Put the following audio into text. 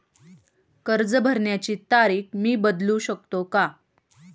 कर्ज भरण्याची तारीख मी बदलू शकतो का?